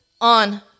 on